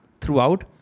throughout